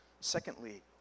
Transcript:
Secondly